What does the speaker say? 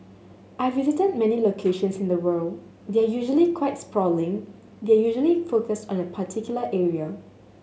I visited many locations in the world they're usually quite sprawling they're usually focused on a particular area